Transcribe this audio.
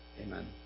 Amen